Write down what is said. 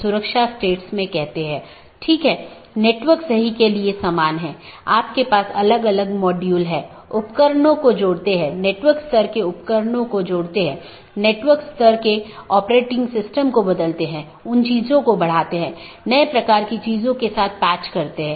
और जब यह विज्ञापन के लिए होता है तो यह अपडेट संदेश प्रारूप या अपडेट संदेश प्रोटोकॉल BGP में उपयोग किया जाता है हम उस पर आएँगे कि अपडेट क्या है